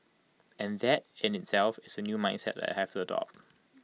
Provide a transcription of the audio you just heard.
and that in itself is A new mindset that I have to adopt